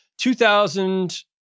2000